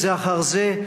זה אחר זה,